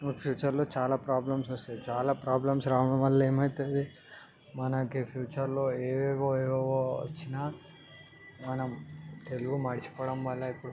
ఫ్యూచర్లో చాలా ప్రాబ్లమ్స్ వస్తాయి చాలా ప్రాబ్లమ్స్ రావడం వల్ల ఏమి అవుతుంది మనకి ఫ్యూచర్లో ఏవో ఏవేవో వచ్చినా మనం తెలుగు మర్చిపోవడం వల్ల ఇప్పుడు